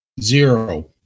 zero